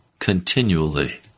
continually